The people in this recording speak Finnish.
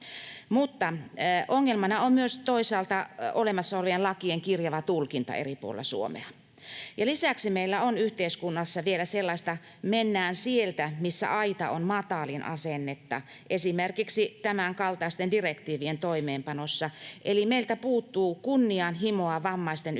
Mutta ongelmana on myös toisaalta olemassa olevien lakien kirjava tulkinta eri puolilla Suomea, ja lisäksi meillä on yhteiskunnassa vielä sellaista ”mennään sieltä, missä aita on matalin” ‑asennetta esimerkiksi tämänkaltaisten direktiivien toimeenpanossa, eli meiltä puuttuu kunnianhimoa vammaisten yhdenvertaisten